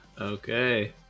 okay